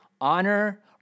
honor